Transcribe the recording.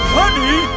honey